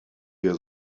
wir